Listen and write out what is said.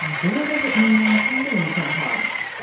and boy, does it need untangling sometimes.